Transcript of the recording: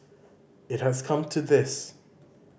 it has come to this